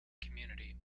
community